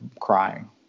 crying